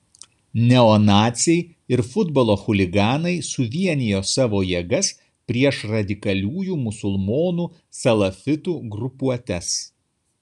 neonaciai ir futbolo chuliganai suvienijo savo jėgas prieš radikaliųjų musulmonų salafitų grupuotes